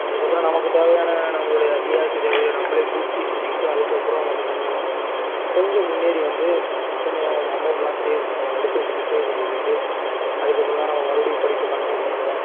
அதற்கப்பறோம் நமக்கு தேவையான நம்மளோட அத்தியவசத் தேவையை நம்பளே பூர்த்தி செஞ்சிக்கிட்டு அதற்கப்பறோம் நம்ம கொஞ்சம் கொஞ்சம் முன்னேறி வந்து கொஞ்சம் அமௌண்ட்லாம் சேவ் கொஞ்சம் எடுத்து வச்சுக்கிட்டு சேவ் பண்ணி வச்சிக்கிட்டு அதற்கப்பறோந்தான் நம்ம மறுபடியும் படிப்பை கன்ட்னியூ பண்ணுறோம்